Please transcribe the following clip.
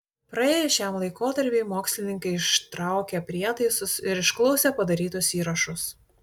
praėjus šiam laikotarpiui mokslininkai ištraukė prietaisus ir išklausė padarytus įrašus